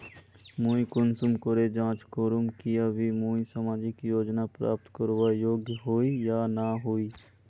मुई कुंसम करे जाँच करूम की अभी मुई सामाजिक योजना प्राप्त करवार योग्य होई या नी होई?